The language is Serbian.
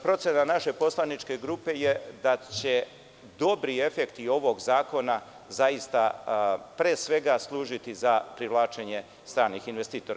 Procena naše poslaničke grupe je da će dobri efekti ovog zakona zaista, pre svega služiti za privlačenje stranih investitora.